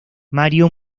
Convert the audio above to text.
mario